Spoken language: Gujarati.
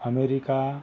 અમૅરિકા